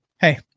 Hey